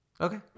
Okay